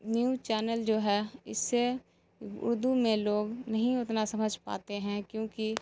news channel جو ہے اس سے اردو میں لوگ نہیں اتنا سمجھ پاتے ہیں کیونکہ